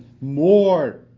more